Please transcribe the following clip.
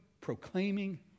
proclaiming